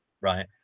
right